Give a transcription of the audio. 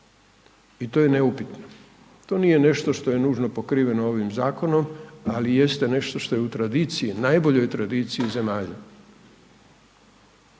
I to je neupitno, to nije nešto što je nužno pokriveno ovim zakonom, ali jeste nešto što je u tradiciji, najboljoj tradiciji zemalja.